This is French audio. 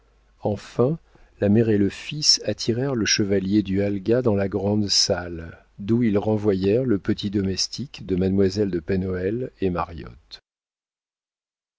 enfin la mère et le fils attirèrent le chevalier du halga dans la grande salle d'où ils renvoyèrent le petit domestique de mademoiselle de pen hoël et mariotte